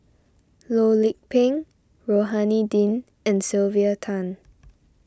Loh Lik Peng Rohani Din and Sylvia Tan